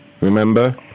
Remember